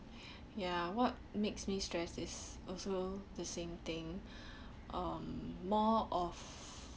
ya what makes me stress is also the same thing um more of